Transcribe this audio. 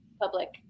public